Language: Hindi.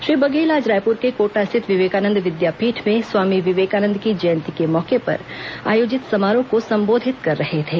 श्री बघेल आज रायपुर के कोटा स्थित विवेकानंद विद्यापीठ में स्वामी विवेकानंद की जयंती के मौके पर आयोजित समारोह को संबोधित कर रहे थे